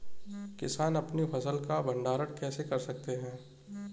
किसान अपनी फसल का भंडारण कैसे कर सकते हैं?